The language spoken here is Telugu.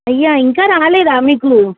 అయ్యో ఇంకా రాలేదా మీకు